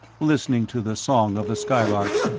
listening to the song of the skylarks,